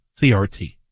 CRT